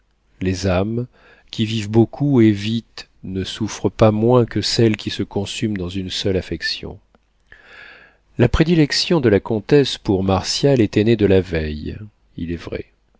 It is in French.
les âmes qui vivent beaucoup et vite ne souffrent pas moins que celles qui se consument dans une seule affection la prédilection de la comtesse pour martial était née de la veille il est vrai